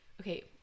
Okay